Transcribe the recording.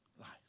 life